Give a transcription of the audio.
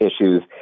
issues